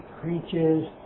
preaches